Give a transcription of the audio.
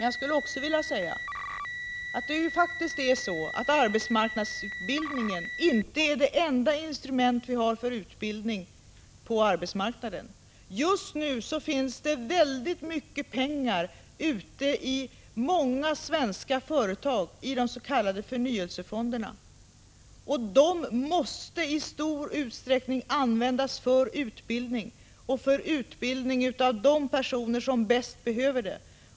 Jag skulle dock också vilja säga att arbetsmarknadsutbildningen faktiskt inte är det enda instrument vi har för utbildning på arbetsmarknaden. Just nu finns det väldigt mycket pengar ute i många svenska företag i de s.k. förnyelsefonderna, och dessa måste i stor utsträckning användas för utbildning, och för utbildning av de personer som bäst behöver den.